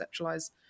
conceptualize